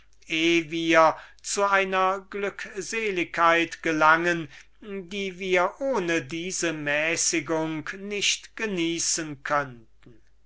wir zu einer glückseligkeit gelangen die wir ohne diese mäßigung nicht genießen